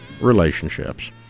relationships